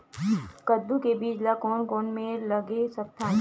कददू के बीज ला कोन कोन मेर लगय सकथन?